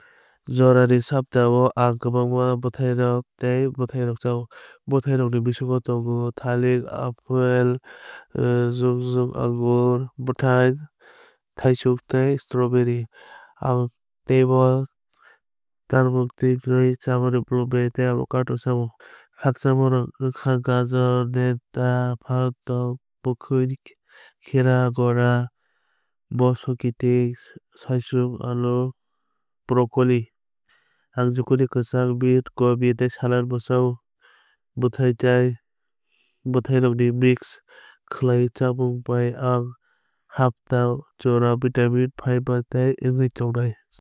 Jora ni sapta o ang kwbangma bwthai tei bwthairok chao. Bwthairokni bisingo tongo thalik aple jwngjwng angur bwthwng thaichuk tei strawberi. Ang teibo tarmuk tui ta chamung blueberry tei avocado chao. Khakchangmarok wngkha gajar denta phantok muikhui khera goda moso kiting saichung alu brokoli. Ang zucchini kwchak bean gobi tei salad bo chao. Bwthai tei bwthairokni mix khaiwi chamung bai ang hapta jora vitamin fiber tei wngwi tongnai.